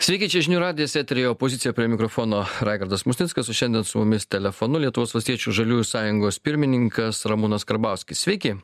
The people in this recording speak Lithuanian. sveiki čia žinių radijas eteryje opozicija prie mikrofono raigardas musnickas o šiandien su mumis telefonu lietuvos valstiečių žaliųjų sąjungos pirmininkas ramūnas karbauskis sveiki